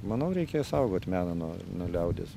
manau reikia saugot meną nuo liaudies